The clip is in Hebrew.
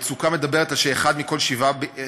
המצוקה מדברת על כך שאחד מכל שבעה